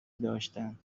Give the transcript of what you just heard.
داشتند